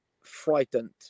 frightened